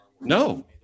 No